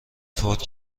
فوت